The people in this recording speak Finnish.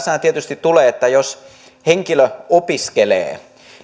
tietysti jos henkilö opiskelee